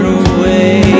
away